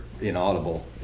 inaudible